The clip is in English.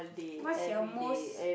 what's your most